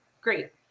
great